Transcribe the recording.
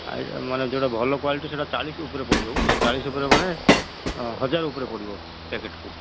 ମାନେ ଯୋଉଟା ଭଲ କ୍ଵାଲିଟି ସେଇଟା ଚାଳିଶ ଉପରେ ପଡ଼ିବ ବୁଝିଲେ ଚାଳିଶ ଉପରେ ମାନେ ହଜାର ଉପରେ ପଡ଼ିବ ପ୍ୟାକେଟ୍କୁ